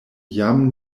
jam